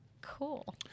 Cool